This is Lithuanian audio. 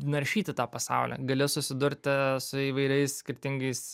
naršyti tą pasaulį gali susidurti su įvairiais skirtingais